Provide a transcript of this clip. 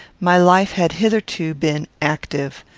my life had hitherto been active.